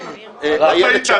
איילת שקד -- לא טעית,